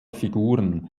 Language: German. figuren